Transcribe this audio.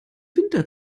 winter